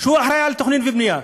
הוא אחראי לתכנון ובנייה,